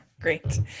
great